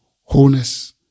wholeness